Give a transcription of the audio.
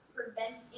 Prevent